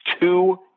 two